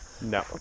No